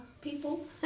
people